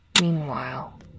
Meanwhile